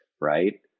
Right